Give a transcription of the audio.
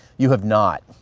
you have not.